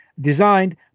designed